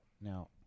Now